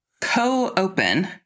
Co-Open